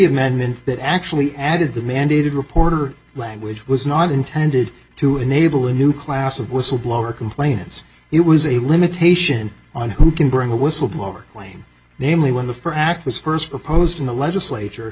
madmen that actually added the mandated reporter language was not intended to enable a new class of whistleblower complainants it was a limitation on who can bring a whistleblower claim namely when the for act was first proposed in the legislature